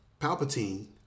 Palpatine